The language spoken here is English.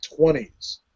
20s